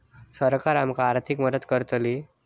सरकार आमका आर्थिक मदत करतली?